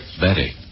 Betty